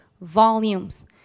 volumes